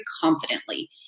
confidently